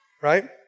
right